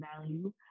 value